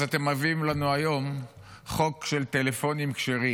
אז אתם מביאים לנו היום חוק של טלפונים כשרים.